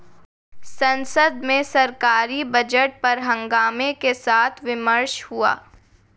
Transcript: संसद में सरकारी बजट पर हंगामे के साथ विमर्श हुआ